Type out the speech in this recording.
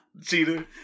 Cheater